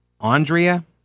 Andrea